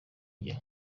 njye